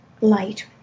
light